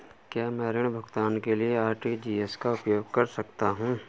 क्या मैं ऋण भुगतान के लिए आर.टी.जी.एस का उपयोग कर सकता हूँ?